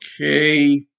Okay